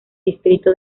distrito